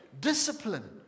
discipline